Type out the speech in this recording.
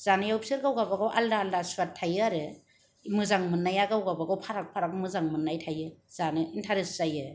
जानायाव बेसोर गावबागाव आलादा आलादा सुवाद थायो आरो मोजां मोननाया गावबा गाव फाराग फाराग मोजां मोननाय थायो जानो इन्तारेस्ट जायो